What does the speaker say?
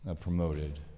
promoted